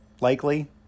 likely